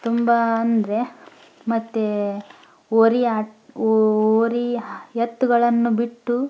ತುಂಬ ಅಂದರೆ ಮತ್ತೆ ಹೋರಿ ಆಟ ಹೋರಿ ಎತ್ತುಗಳನ್ನು ಬಿಟ್ಟು